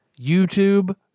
YouTube